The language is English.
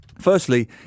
Firstly